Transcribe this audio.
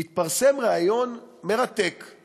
התפרסם ריאיון מרתק עם